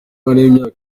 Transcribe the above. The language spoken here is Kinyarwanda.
w’imyaka